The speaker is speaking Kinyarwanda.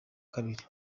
kabiri